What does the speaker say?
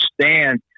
understand